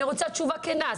אני רוצה תשובה כנה.